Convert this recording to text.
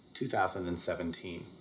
2017